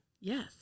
Yes